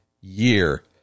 year